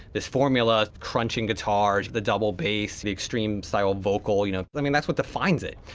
this formula crunching guitars, the double bass, the extreme style vocal, you know. i mean that's what defines it,